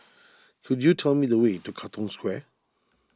could you tell me the way to Katong Square